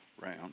round